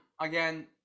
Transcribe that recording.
again